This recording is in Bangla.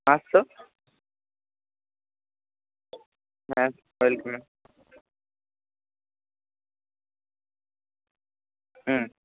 পাঁচশো হ্যাঁ ম্যাম হুম